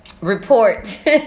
report